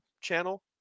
channel